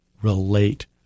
relate